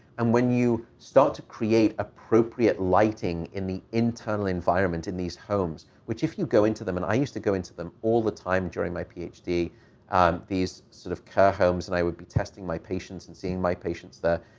and when you start to create appropriate lighting in the internal environment in these homes, which if you go into them, and i used to go into them all the time during my phd, um these sort of care homes, and i would be testing my patience and seeing my patients there,